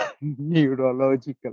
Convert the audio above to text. neurological